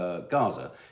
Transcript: gaza